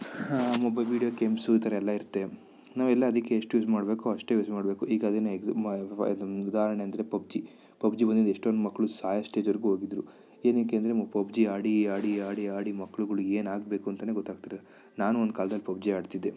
ಹಾಂ ಮೊಬ್ video games ಈ ಥರ ಎಲ್ಲ ಇರುತ್ತೆ ನಾವೆಲ್ಲ ಅದಕ್ಕೆ ಎಷ್ಟು ಯೂಸ್ ಮಾಡಬೇಕೊ ಅಷ್ಟೇ ಯೂಸ್ ಮಾಡಬೇಕು ಈಗ ಅದನ್ನೇ ಎಗ್ಸ್ ಉದಾಹರಣೆ ಅಂದರೆ ಪಬ್ಜಿ ಪಬ್ಜಿ ಬಂದಿದೆ ಎಷ್ಟೊಂದು ಮಕ್ಳು ಸಾಯೋ ಸ್ಟೇಜ್ವರೆಗೂ ಹೋಗಿದ್ರು ಏನಕ್ಕೆ ಅಂದರೆ ಮೊ ಪಬ್ಜಿ ಆಡಿ ಆಡಿ ಆಡಿ ಆಡಿ ಮಕ್ಳುಗಳು ಏನಾಗಬೇಕು ಅಂತಲೇ ಗೊತ್ತಾಗ್ತಿರ ನಾನು ಒಂದು ಕಾಲ್ದಲ್ಲಿ ಪಬ್ಜಿ ಆಡ್ತಿದ್ದೆ